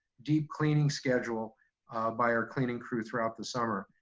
deep cleaning schedule by our cleaning crew throughout the summer.